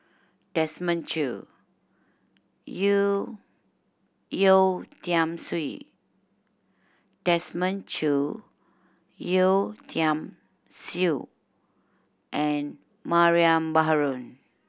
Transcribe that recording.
Desmond Choo Yeo Yeo Tiam Siew Desmond Choo Yeo Tiam Siew and Mariam Baharom